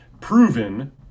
proven